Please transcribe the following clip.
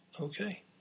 Okay